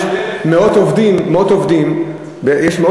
יש מאות עובדים ישירים,